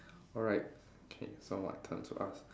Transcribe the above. alright okay so my turn to ask